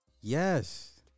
Yes